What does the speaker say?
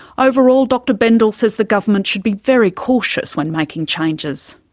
overall, dr bendall says the government should be very cautious when making changes.